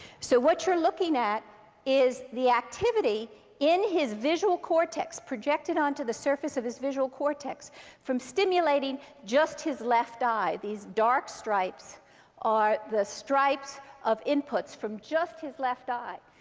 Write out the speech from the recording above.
so what you're looking at is the activity in his visual cortex projected onto the surface of his visual cortex from stimulating just his left eye. these dark stripes are the stripes of inputs from just his left eye.